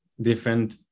different